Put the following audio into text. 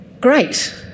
Great